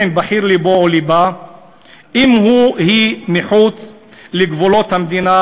עם בחיר לבו או לבה אם הוא או היא מחוץ לגבולות המדינה?